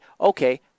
okay